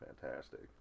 fantastic